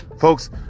Folks